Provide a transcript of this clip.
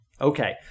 Okay